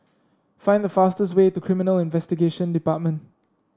find the fastest way to Criminal Investigation Department